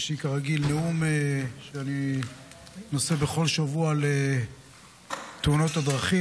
יש לי כרגיל נאום שאני נושא בכל שבוע על תאונות הדרכים.